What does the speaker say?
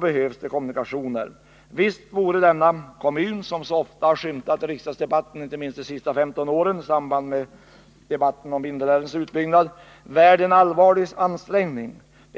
behövs det i alla fall kommunikationer. Visst vore denna kommun, som så ofta har skymtat fram här i riksdagsdebatterna, inte minst under de senaste 15 åren i samband med debatterna om Vindelälvens utbyggnad, värd en allvarlig ansträngning!